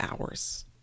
hours